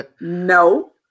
No